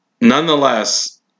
nonetheless